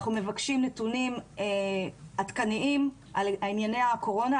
ואנחנו מבקשים נתונים עדכניים על ענייני הקורונה.